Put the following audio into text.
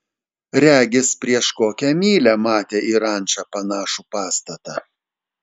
regis prieš kokią mylią matė į rančą panašų pastatą